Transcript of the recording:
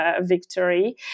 victory